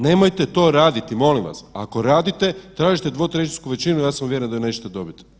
Nemojte to raditi molim vas, ako radite tražite dvotrećinsku većinu, ja sam uvjeren da je nećete dobit.